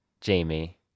Jamie